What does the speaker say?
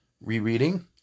rereading